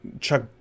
Chuck